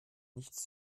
nichts